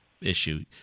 issue